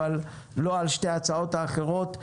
אבל לא על שתי ההצעות האחרות.